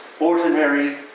ordinary